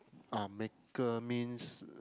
um maker means